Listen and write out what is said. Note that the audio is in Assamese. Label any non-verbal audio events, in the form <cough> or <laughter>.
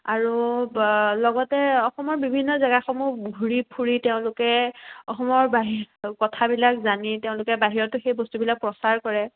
আৰু লগতে অসমৰ বিভিন্ন জেগাসমূহ ঘূৰি ফুৰি তেওঁলোকে অসমৰ <unintelligible> কথাবিলাক জানি তেওঁলোকে বাহিৰতো সেই বস্তুবিলাক প্ৰচাৰ কৰে